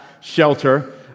shelter